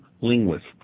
linguist